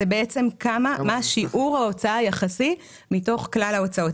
זה מה שיעור ההוצאה היחסי מתוך כלל ההוצאות.